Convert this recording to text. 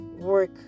work